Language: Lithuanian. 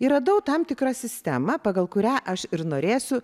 ir radau tam tikrą sistemą pagal kurią aš ir norėsiu